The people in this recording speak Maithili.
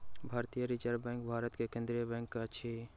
भारतीय रिज़र्व बैंक भारत के केंद्रीय बैंक अछि